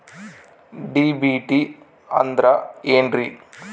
DBT ಅಂದ್ರ ಏನ್ರಿ?